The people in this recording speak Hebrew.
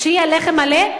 שיהיה לחם מלא,